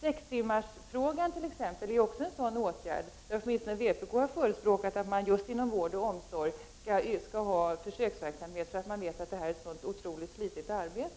sex timmars arbetsdag är också en sådan åtgärd. Åtminstone vpk har förespråkat att man just inom vård och omsorg skall ha försöksverksamhet med det, eftersom det är ett så otroligt slitsamt arbete.